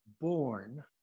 born